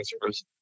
service